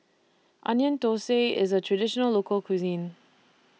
Onion Thosai IS A Traditional Local Cuisine